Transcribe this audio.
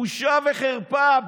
בושה וחרפה.